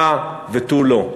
הא ותו לא.